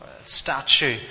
statue